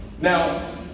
now